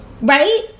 Right